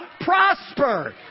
prosper